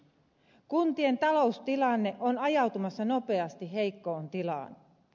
kuntien taloustilanne on ajautumassa nopeasti heikkoon tilaan